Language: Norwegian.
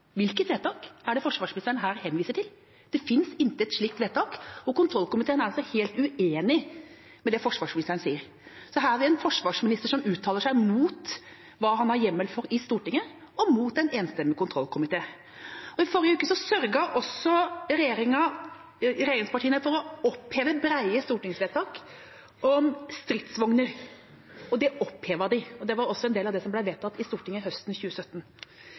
Hvilket vedtak er det forsvarsministeren her henviser til? Det finnes intet slikt vedtak, og kontrollkomiteen er helt uenig i det forsvarsministeren sier. Her har vi en forsvarsminister som uttaler seg mot hva han har hjemmel for, i Stortinget, og mot en enstemmig kontrollkomité. I forrige uke sørget regjeringspartiene for å oppheve brede stortingsvedtak om stridsvogner. Det opphevet de, og det var også en del av det som ble vedtatt i Stortinget høsten 2017.